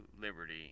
liberty